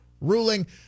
ruling